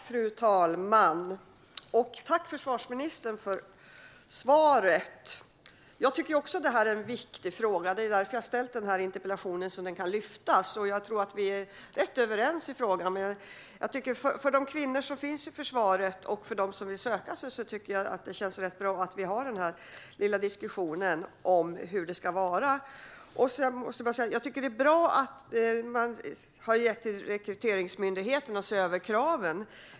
Fru talman! Tack, försvarsministern, för svaret! Jag tycker också att det här är en viktig fråga, och jag har ställt den här interpellationen för att frågan ska lyftas. Jag tror att vi är rätt överens i frågan. Jag tycker att det känns bra att vi har den här lilla diskussionen om hur det ska vara för de kvinnor som finns i försvaret och för de kvinnor som vill söka sig dit. Jag tycker att det är bra att man har gett Rekryteringsmyndigheten i uppdrag att se över kraven.